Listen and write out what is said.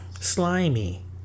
slimy